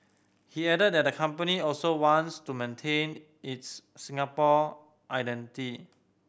he added that the company also wants to maintain its Singaporean identity